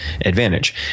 advantage